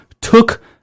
took